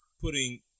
putting